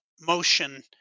motion